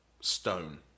stone